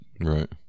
Right